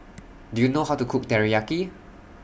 Do YOU know How to Cook Teriyaki